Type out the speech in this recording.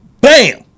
Bam